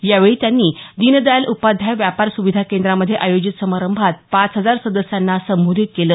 यावेळी त्यांनी दीनदयाल उपाध्याय व्यापार सुविधा केंद्रामध्ये आयोजित समारंभात पाच हजार सदस्यांना संबोधित केलं